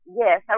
yes